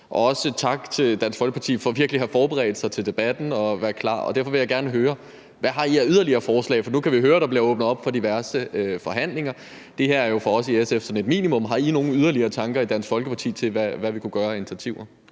for virkelig at have forberedt sig på debatten og være klar. Derfor vil jeg gerne høre, hvad I har af yderligere forslag. For nu kan vi jo høre, at der bliver åbnet op for diverse forhandlinger. Det her er jo for os i SF et minimum. Har I nogen yderligere tanker i Dansk Folkeparti om, hvad vi kunne tage af initiativer?